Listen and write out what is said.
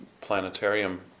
planetarium